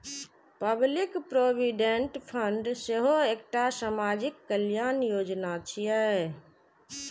public provident fund सेहो एकटा सामाजिक कल्याण योजना छियै